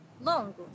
Longo